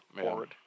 forward